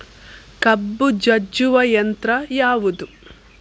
ಕಬ್ಬು ಜಜ್ಜುವ ಯಂತ್ರ ಯಾವುದು?